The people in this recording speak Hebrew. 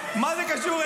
מה זה קשור?